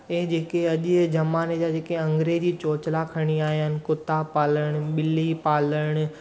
हे जेके अॼु जे ज़माने जा जेके अंग्रेज़ी चोंचला खणी आया आहिनि कुता पालणु ॿिली पालणु